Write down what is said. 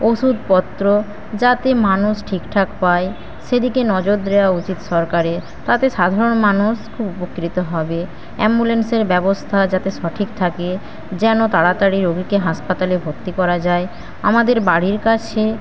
ওষুধপত্র যাতে মানুষ ঠিকঠাক পায় সেদিকে নজর দেওয়া উচিৎ সরকারের তাতে সাধারণ মানুষ খুব উপকৃত হবে অ্যাম্বুলেন্সের ব্যবস্থা যাতে সঠিক থাকে যেন তাড়াতাড়ি রোগীকে হাসপাতালে ভর্তি করা যায় আমাদের বাড়ির কাছে